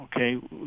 okay